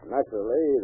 Naturally